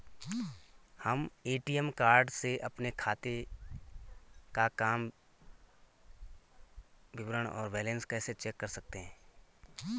हम ATM card से अपने खाते काम विवरण और बैलेंस कैसे चेक कर सकते हैं?